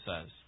says